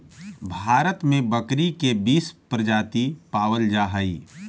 भारत में बकरी के बीस प्रजाति पावल जा हइ